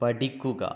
പഠിക്കുക